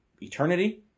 eternity